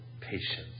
patience